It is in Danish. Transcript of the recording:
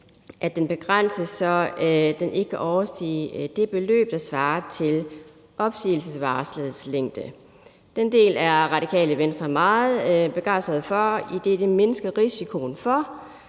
at den begrænses, så den ikke kan overstige det beløb, der svarer til opsigelsesvarslets længde. Den del er Radikale Venstre meget begejstret for, idet det mindsker risikoen for,